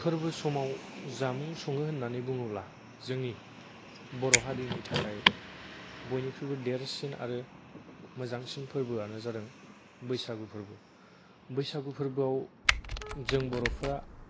फोरबो समाव जामुं सङो होननानै बुङोब्ला जोंनि बर' हारिनि थाखाय बयनिख्रुइबो देरसिन आरो मोजांसिन फोरबोआनो जादों बैसागु फोरबो बैसागु फोरबोआव जों बर'फ्रा